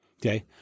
okay